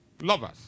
lovers